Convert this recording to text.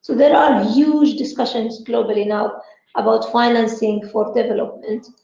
there are huge discussions globally now about financing for development.